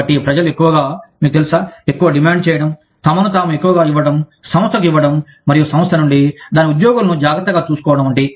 కాబట్టి ప్రజలు ఎక్కువగా మీకు తెలుసా ఎక్కువ డిమాండ్ చేయడం తమను తాము ఎక్కువగా ఇవ్వడం సంస్థకు ఇవ్వడం మరియు సంస్థ నుండి దాని ఉద్యోగులను జాగ్రత్తగా చూసుకోవడం వంటివి